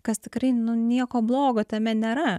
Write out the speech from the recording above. kas tikrai nieko blogo tame nėra